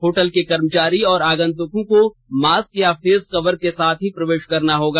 hotel के कर्मचारी और आगंतुकों को मास्क या फेस कवर के साथ ही प्रवेश करना होगा